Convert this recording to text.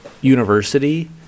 university